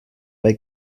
bei